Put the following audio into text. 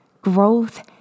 Growth